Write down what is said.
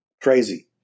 crazy